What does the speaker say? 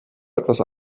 etwas